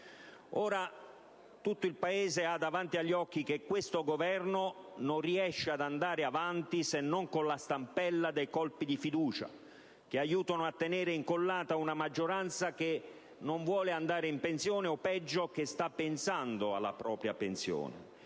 Ora, tutto il Paese ha davanti agli occhi che questo Governo non riesce ad andare avanti se non con la stampella dei colpi di fiducia, che aiutano a tenere incollata una maggioranza che non vuole andare in pensione o, peggio, che sta pensando alla propria pensione.